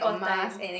per time